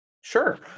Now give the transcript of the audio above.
Sure